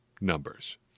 numbers